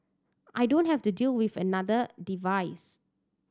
i don't have to deal with yet another device